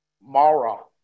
Mara